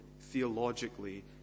theologically